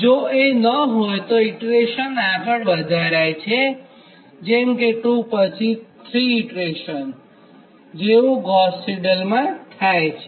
જો એ ન હોયતો ઇટરેશન આગળ વધારાય છે જેમ કે 2 પછી 3 ઇટરેશનજેવું ગોસ સિડલ માં થાય છે